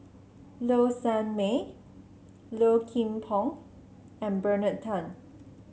Low Sanmay Low Kim Pong and Bernard Tan